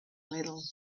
little